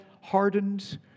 hardened